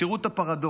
תראו את הפרדוקס.